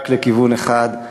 רק לכיוון אחד.